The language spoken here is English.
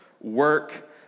work